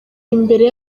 imbere